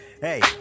Hey